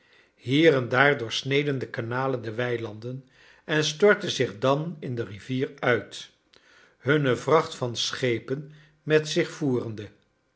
hier en daar doorsneden de kanalen de weilanden en stortten zich dan in de rivier uit hunne vracht van schepen met zich voerende